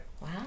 Wow